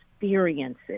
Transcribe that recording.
experiences